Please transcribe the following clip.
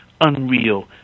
unreal